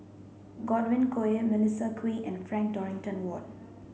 Godwin Koay Melissa Kwee and Frank Dorrington Ward